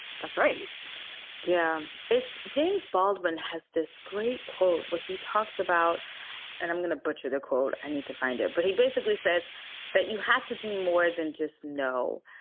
that's right yeah. it's james baldwin has this great quote where he talks about and i'm going to butcher the quote i need to find it. but he basically says that you have to do more than just know.